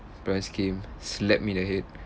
parents came slapped me in the head